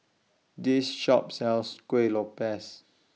This Shop sells Kueh Lopes